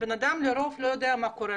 בן אדם לרוב לא יודע מה קורה,